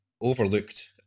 overlooked